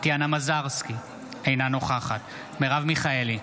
טטיאנה מזרסקי, אינה נוכחת מרב מיכאלי,